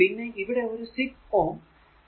പിന്നെ ഇവിടെ ഒരു 6 Ω